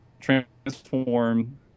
transform